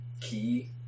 key